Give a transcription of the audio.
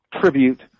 tribute